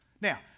Now